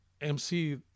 MC